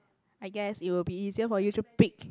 I guess it will be easier for you to pick